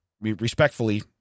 respectfully